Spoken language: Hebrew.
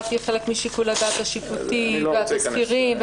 היא חלק משיקול הדעת השיפוטי והתסקירים,